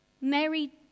Mary